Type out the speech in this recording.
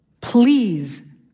please